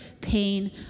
pain